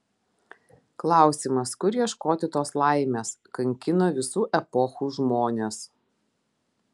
klausimas kur ieškoti tos laimės kankino visų epochų žmones